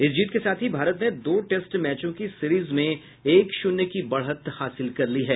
इस जीत के साथ ही भारत ने दो टेस्ट मैचों की सीरिज में एक शून्य की बढ़त प्राप्त कर ली है